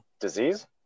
disease